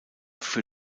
für